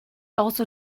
also